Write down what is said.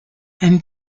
and